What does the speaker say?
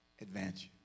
Advance